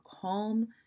calm